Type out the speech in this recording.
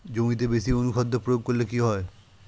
জমিতে বেশি অনুখাদ্য প্রয়োগ করলে কি হয়?